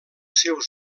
seus